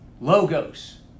Logos